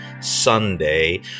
Sunday